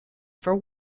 for